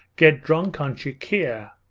get drunk on chikhir,